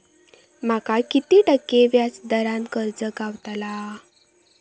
माका किती टक्के व्याज दरान कर्ज गावतला?